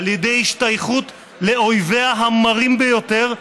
על ידי השתייכות לאויביה המרים ביותר,